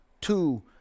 two